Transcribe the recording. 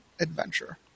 adventure